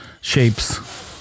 shapes